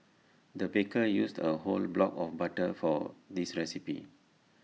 the baker used A whole block of butter for this recipe